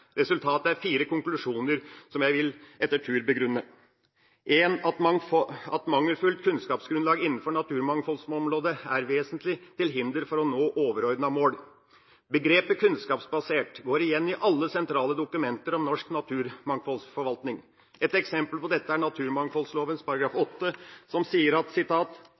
Resultatet er fire konklusjoner som jeg etter tur vil begrunne. Mangelfullt kunnskapsgrunnlag innenfor naturmangfoldområdet er vesentlig til hinder for å nå overordnede mål. Begrepet «kunnskapsbasert» går igjen i alle sentrale dokumenter om norsk naturmangfoldforvaltning. Ett eksempel på dette er naturmangfoldlovens § 8, som sier: